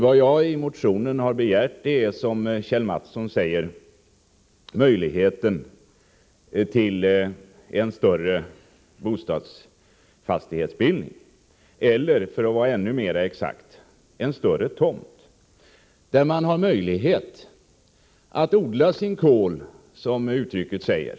Vad jag begärt i min motion är, som Kjell Mattsson säger, att det skall finnas möjligheter till en större bostadsfastighetsbildning eller — för att vara ännu mera exakttill en större tomt, där man kan odla sin kål, som uttrycket lyder.